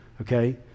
okay